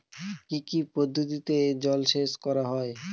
কি কি পদ্ধতিতে জলসেচ করা হয়?